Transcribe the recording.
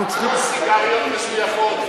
למה לא סיגריות מזויפות?